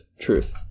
Truth